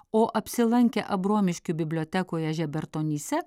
o apsilankę abromiškių bibliotekoje žebertonyse